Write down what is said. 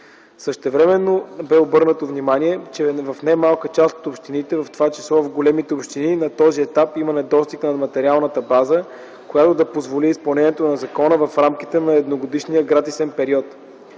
Същевременно бе обърнато внимание, че в немалка част от общините, в това число в големите общини, на този етап има недостиг на материалната база, която да позволи изпълнението на закона в рамките на едногодишния гратисен период.